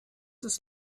ist